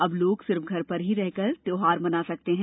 अब लोग सिर्फ घर पर रहकर ही त्योहार मना सकते हैं